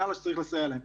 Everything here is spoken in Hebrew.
שצריך לסייע להם.